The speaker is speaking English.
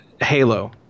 Halo